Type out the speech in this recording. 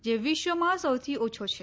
જે વિશ્વમાં સૌથી ઓછો છે